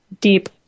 deep